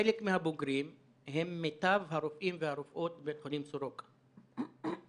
חלק מהבוגרים הם מיטב הרופאים והרופאות בבית החולים "סורוקה",